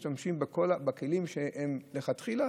משתמשים בכלים שהם מלכתחילה,